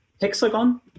hexagon